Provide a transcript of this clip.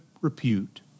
repute